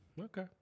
Okay